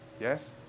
Yes